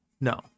No